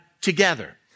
together